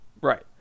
right